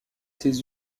ses